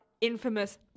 infamous